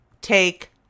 take